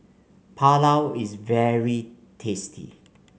Pulao is very tasty